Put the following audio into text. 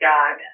God